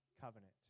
covenant